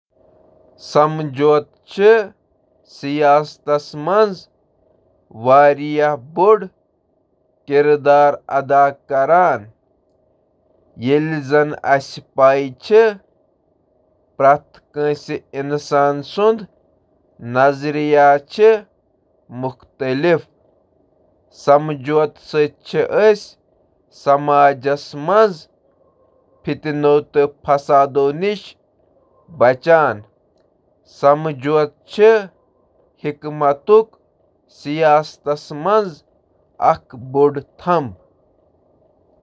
اتھ برعکس، سمجھوتہٕ چُھ اختلاف کرن وٲل فریقن پننن معقول خیالاتن برقرار تھونک اجازت دیوان، یتھ پٲنٹھ چُھ معقول اختلافک زیادٕ مطلوبہ حل تشکیل دیوان۔